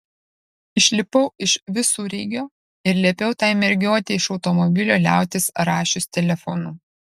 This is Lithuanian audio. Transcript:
išlipau iš visureigio ir liepiau tai mergiotei iš automobilio liautis rašius telefonu